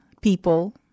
people